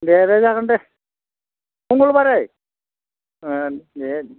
दे दे जागोन दे मंगलबारै औ दे